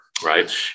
right